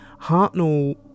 hartnell